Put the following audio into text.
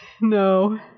No